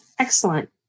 Excellent